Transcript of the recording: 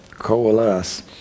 coalesce